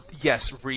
yes